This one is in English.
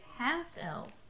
half-elf